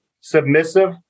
submissive